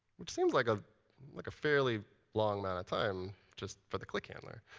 which seems like ah like a fairly long amount of time just for the click handler.